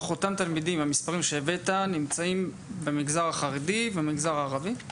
אותם תלמידים הם מהמגזר החרדי והמגזר הערבי?